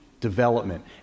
development